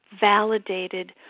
validated